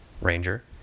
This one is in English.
Ranger